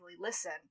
listen